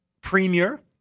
premier